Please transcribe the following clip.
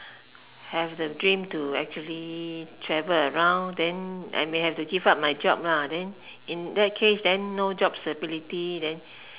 have the dream to actually travel around then I may have to give up my job lah then in that case then no job security then